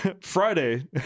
Friday